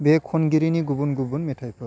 बे खनगिरिनि गुबुन गुबुन मेथाइफोर